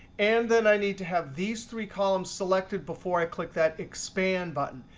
and then i need to have these three columns selected before i click that expand button.